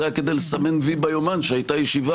זה היה כדי לסמן וי ביומן שהייתה ישיבה,